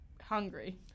hungry